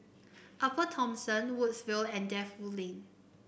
Upper Thomson Woodsville and Defu Lane